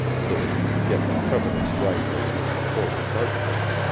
so that he could get the coveted rifle and the forty cartridges.